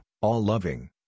all-loving